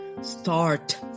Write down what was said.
Start